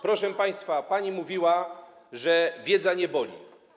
Proszę państwa, pani mówiła, że wiedza nie boli.